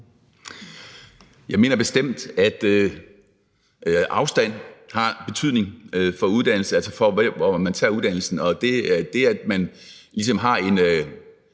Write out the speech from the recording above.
Jeg mener bestemt, at afstand har betydning for uddannelsen, altså for, om man tager uddannelsen, og at det, at man ligesom har en